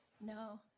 No